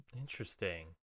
Interesting